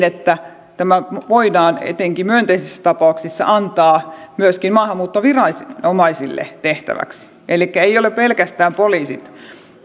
että tämä voidaan etenkin myönteisissä tapauksissa antaa myöskin maahanmuuttoviranomaisille tehtäväksi elikkä ei ole pelkästään poliisit